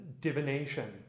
divination